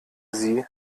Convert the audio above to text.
sie